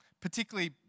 particularly